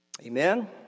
Amen